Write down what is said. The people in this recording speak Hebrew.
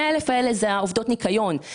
במאה אלף האלה נמצאות עובדות הניקיון,